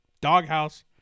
doghouse